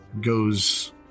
goes